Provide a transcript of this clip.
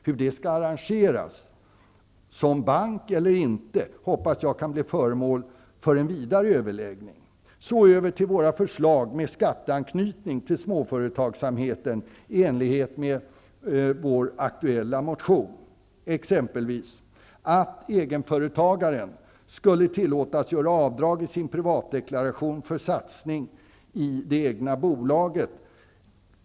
Om detta skall arrangeras i form av en bank eller inte hoppas jag kan bli föremål för en vidare överläggning. Så över till våra förslag med skatteanknytning till småföretagsamheten i enlighet med vår aktuella motion. Det gäller t.ex. att egenföretagare skulle tillåtas göra avdrag i sin privatdeklaration för satsning i det egna bolaget.